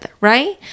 right